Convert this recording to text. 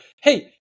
hey